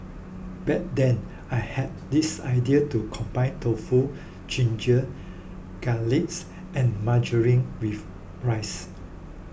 back then I had this idea to combine tofu ginger garlics and margarine with rice